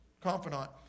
confidant